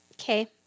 okay